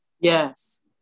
Yes